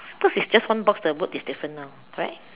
cause it's just one box the word is different now correct